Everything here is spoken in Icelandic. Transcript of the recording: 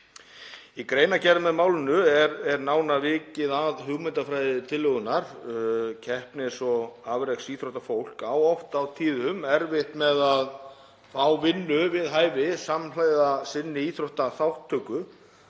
Í greinargerð með málinu er nánar vikið að hugmyndafræði tillögunnar. Keppnis- og afreksíþróttafólk á oft og tíðum erfitt með að fá vinnu við hæfi samhliða sinni íþróttaþátttöku